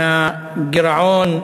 והגירעון,